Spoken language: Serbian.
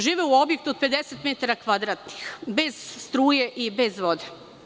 Žive u objektu od 50 metara kvadratnih, bez struje, i bez vode.